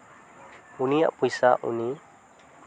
ᱩᱱᱤᱭᱟᱜ ᱯᱚᱭᱥᱟ ᱩᱱᱤ